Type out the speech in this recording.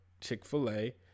Chick-fil-A